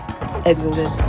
exited